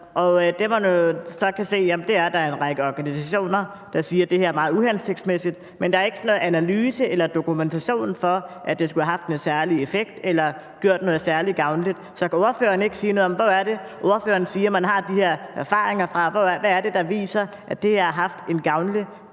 Det, man så kan se, er, at der er en række organisationer, der siger, at det her er meget uhensigtsmæssigt. Men der er ikke nogen analyse af eller dokumentation for, at det skulle have haft en særlig effekt eller gjort noget særlig gavnligt. Så kan ordføreren ikke sige noget om, hvor man har de her erfaringer, som ordføreren siger man har, fra; hvad det er, der viser, at det her har haft en gavnlig effekt?